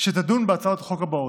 שתדון בהצעות החוק הבאות: